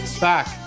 back